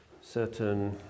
certain